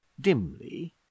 dimly